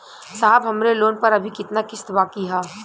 साहब हमरे लोन पर अभी कितना किस्त बाकी ह?